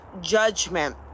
judgment